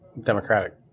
democratic